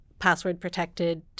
password-protected